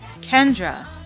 Kendra